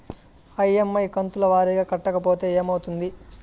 EMI కంతుల వారీగా కట్టకపోతే ఏమవుతుంది?